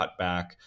cutback